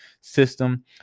system